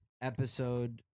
episode